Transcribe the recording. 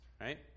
right